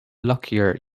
luckier